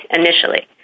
initially